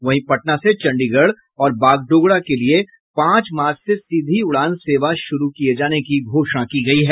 वहीं पटना से चंडीगढ़ और बागडोगरा के लिये पांच मार्च से सीधी उड़ान सेवा शुरू किये जाने की घोषणा की गयी है